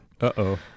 Uh-oh